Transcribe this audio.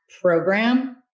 program